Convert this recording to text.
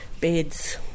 beds